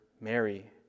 Mary